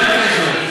לא שמעתי.